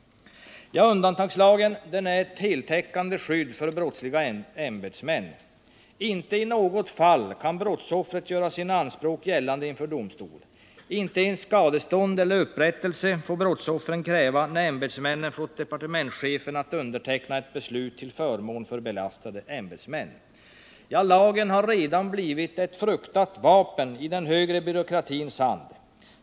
Undantagslagen är ett heltäckande skydd för brottsliga ämbetsmän. Inte i något fall kan brottsoffret göra sina anspråk gällande inför domstol. Inte ens skadestånd eller upprättelse får brottsoffren kräva när ämbetsmännen fått departementschefen att underteckna ett beslut till förmån för belastade ämbetsmän. Ja, lagen har redan blivit ett fruktat vapen i den högre byråkratins hand.